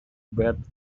barred